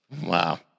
Wow